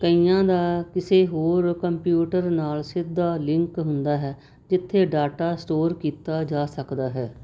ਕਈਆਂ ਦਾ ਕਿਸੇ ਹੋਰ ਕੰਪਿਊਟਰ ਨਾਲ ਸਿੱਧਾ ਲਿੰਕ ਹੁੰਦਾ ਹੈ ਜਿੱਥੇ ਡਾਟਾ ਸਟੋਰ ਕੀਤਾ ਜਾ ਸਕਦਾ ਹੈ